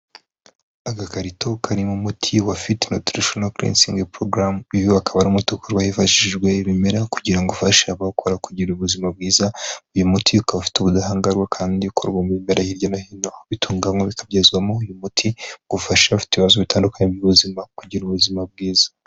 Agakarito karimo umuti wa fiti nutirishono kirinsingi porogaramu, uyu akaba ari umuti ukura hifashishijwe ibimera kugira ngo ufashe abawukora kugira ubuzima bwiza. Uyu muti ukaba ufite ubudahangarwa kandi ukorwa mu bimera hirya no hino bitunganywa bikabyazwamo uyu muti ufasha abafite ibibazo bitandukanye by'ubuzima kugira ubuzima bwiza.